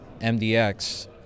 MDX